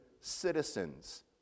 citizens